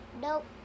nope